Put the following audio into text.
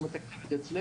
הוא מתקצב את זה אצלנו,